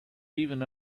even